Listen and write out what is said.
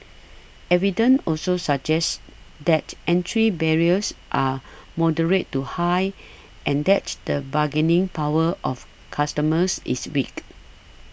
evidence also suggests that entry barriers are moderate to high and that the bargaining power of customers is weak